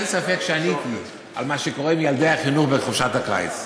אין ספק שעניתי על מה שקורה עם ילדי החינוך בחופשת הקיץ.